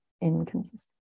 Inconsistent